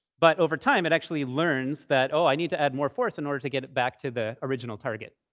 but over time, it actually learns that, oh. i need to add more force in order to get it back to the original target.